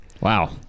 Wow